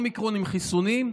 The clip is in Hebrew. אומיקרון עם חיסונים,